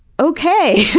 okay.